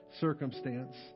circumstance